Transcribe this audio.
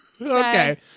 okay